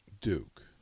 Duke